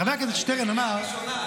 חבר הכנסת שטרן אמר --- אני בקריאה ראשונה,